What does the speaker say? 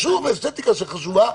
שוב, אסתטיקה חשובה.